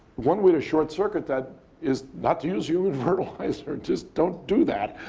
one way to short circuit that is not to use human fertilizer. just don't do that.